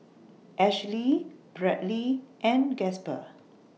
Ashlea Bradly and Gasper